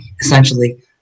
essentially